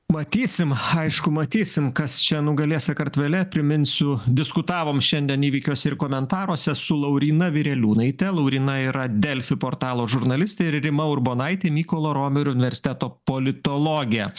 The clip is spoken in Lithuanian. matysim aišku matysim kas čia nugalės sakartvele priminsiu diskutavom šiandien įvykiuose ir komentaruose su lauryna vireliūnaitė lauryna yra delfi portalo žurnalistė ir rima urbonaitė mykolo romerio universiteto politologė